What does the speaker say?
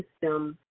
system